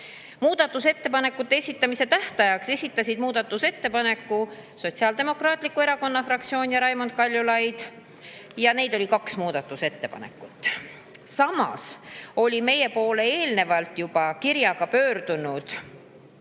Muudatusettepanekute esitamise tähtajaks esitasid muudatusettepanekud Sotsiaaldemokraatliku Erakonna fraktsioon ja Raimond Kaljulaid. Oli kaks muudatusettepanekut. Samas oli meie poole juba eelnevalt kirjaga pöördunud